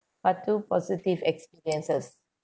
part two positive experiences